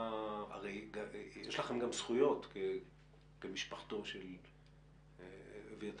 יש לכם גם זכויות כמשפחתו של אביתר.